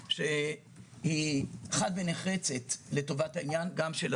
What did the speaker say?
למי שהיה שר האוצר דאז וביקשה שגם אותם ילדים של